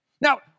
Now